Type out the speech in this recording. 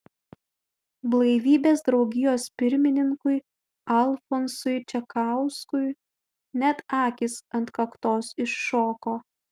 blaivybės draugijos pirmininkui alfonsui čekauskui net akys ant kaktos iššoko